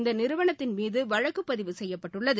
இந்த நிறுவனத்தின் மீது வழக்குப் பதிவு செய்யப்பட்டுள்ளது